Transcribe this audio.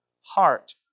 heart